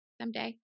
someday